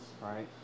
right